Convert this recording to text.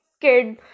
kid